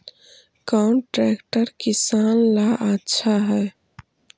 कौन ट्रैक्टर किसान ला आछा है?